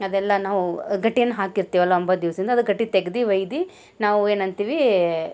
ಅದೆಲ್ಲ ನಾವು ಗಟ್ಟಿಯನ್ನು ಹಾಕಿರ್ತೀವಲ್ಲ ಒಂಬತ್ತು ದಿವಸಿಂದ ಅದು ಗಟ್ಟಿ ತೆಗ್ದು ಒಯ್ದು ನಾವು ಏನಂತೀವಿ